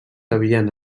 havien